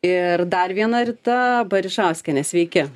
ir dar viena rita barišauskienė sveiki